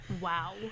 Wow